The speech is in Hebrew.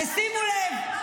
ושימו לב,